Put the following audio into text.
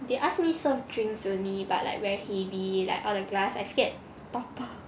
they ask me serve drinks only but like very heavy like all the glass I scared topple